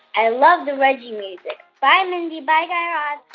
i love the reggie music. bye, mindy. bye, guy ah